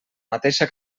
mateixa